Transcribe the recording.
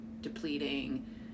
depleting